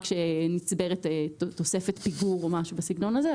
שנצברת תוספת פיגור או משהו בסגנון הזה.